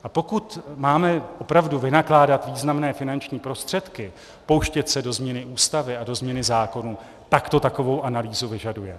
A pokud máme opravdu vynakládat významné finanční prostředky, pouštět se do změny Ústavy a do změny zákonů, pak to takovou analýzu vyžaduje.